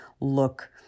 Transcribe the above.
look